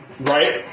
right